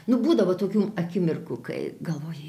nu būdavo tokių akimirkų kai galvoju